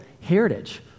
heritage